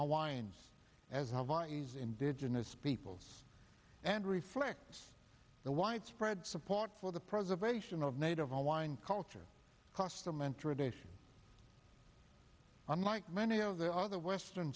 hawaiians as why is indigenous peoples and reflects the widespread support for the preservation of native hawaiian culture custom and tradition unlike many of the other western